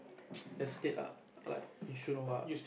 estate lah like Yishun or what